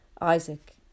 Isaac